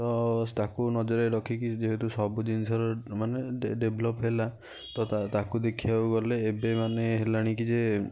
ତ ତାକୁ ନଜରରେ ରଖିକି ଯେହେତୁ ସବୁ ଜିନିଷର ମାନେ ଡେଭେଲପ୍ ହେଲା ତ ତାକୁ ଦେଖିବାକୁ ଗଲେ ଏବେ ମାନେ ହେଲାଣି କି ଯେ